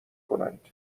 کنند